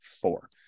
four